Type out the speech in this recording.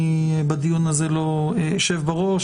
אני בדיון הזה לא אשב בראש.